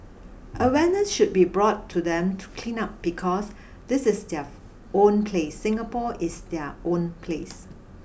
awareness should be brought to them to clean up because this is their own place Singapore is their own place